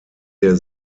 der